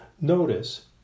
Notice